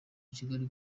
kigali